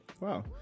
Wow